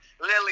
Lily